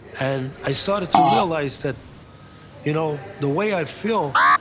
and i started to realize that you know the way i feel